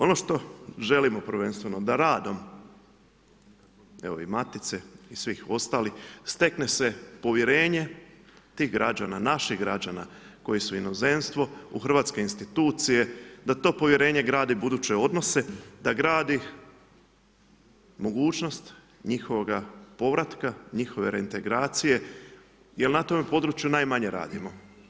Ono što želimo prvenstveno, da radom, evo i Matice i svih ostalih, stekne se povjerenje tih građana, naših građana koji su u inozemstvu u Hrvatske institucije, da to povjerenje grade buduće odnose, da gradi mogućnost njihovoga povratka, njihove reintegracije jer na tome području najmanje radimo.